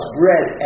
bread